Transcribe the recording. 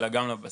אלא גם לבסיס.